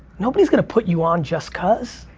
nobody's gonna put you on just cause.